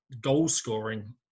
goal-scoring